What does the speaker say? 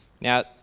Now